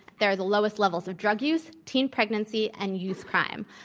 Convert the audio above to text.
there are the lowest levels of drug use, teen pregnancy and youth crime.